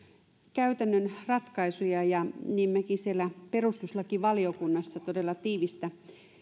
käytännön ratkaisuja ja niin mekin siellä perustuslakivaliokunnassa todella tiivistä